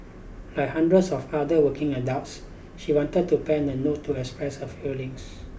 like hundreds of other working adults she wanted to pen a note to express her feelings